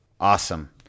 Awesome